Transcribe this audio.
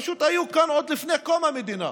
פשוט היו כאן עוד לפני קום המדינה.